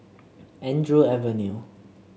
Andrew Avenue